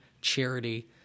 charity